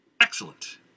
Excellent